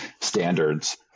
standards